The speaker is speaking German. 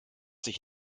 sich